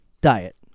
diet